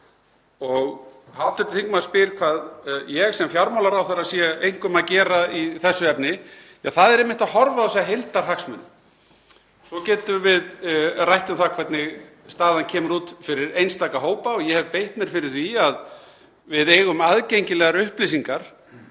yfir. Hv. þingmaður spyr hvað ég sem fjármálaráðherra sé einkum að gera í þessu efni; það er einmitt að horfa á þessa heildarhagsmuni. Svo getum við rætt um það hvernig staðan kemur út fyrir einstaka hópa og ég hef beitt mér fyrir því að við eigum aðgengilegar upplýsingar